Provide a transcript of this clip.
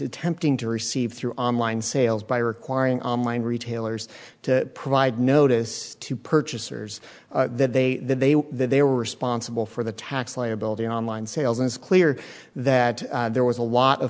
attempting to receive through online sales by requiring online retailers to provide notice to purchasers that they they were they were responsible for the tax liability on line sales and it's clear that there was a lot of